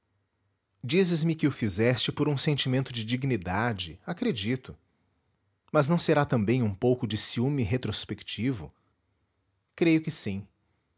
dizes me que o fizeste por um sentimento de dignidade acredito mas não será também um pouco de ciúme retrospectivo creio que sim